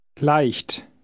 Leicht